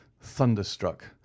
thunderstruck